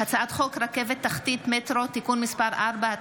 הצעת חוק רכבת תחתית (מטרו) (תיקון מס' 4),